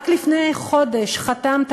רק לפני חודש חתמת,